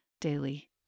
daily